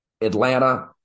Atlanta